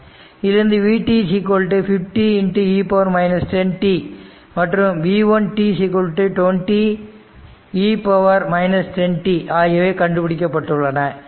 இதில் vt 50e 10t மற்றும் v1t 20e 10t ஆகியவை கண்டுபிடிக்கப்பட்டுள்ளன